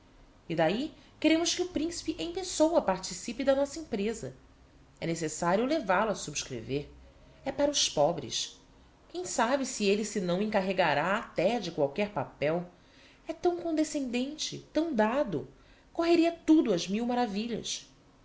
e d'ahi queremos que o principe em pessoa participe da nossa empresa é necessario levál o a subscrever é para os pobres quem sabe se elle se não encarregará até de qualquer papel é tão condescendente tão dado correria tudo ás mil maravilhas